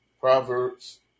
Proverbs